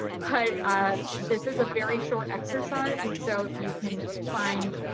but this is a very short exercise. and so if you can find